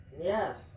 yes